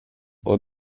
och